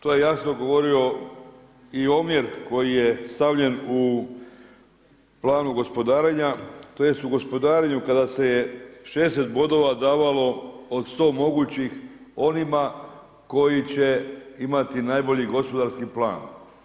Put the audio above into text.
To je jasno govorio i omjer koji je stavljen u planu gospodarenja, tj. u gospodarenju kada se je 60 bodova davalo od 100 mogućih onima koji će imati najbolji gospodarski plan.